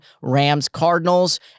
Rams-Cardinals